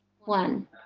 one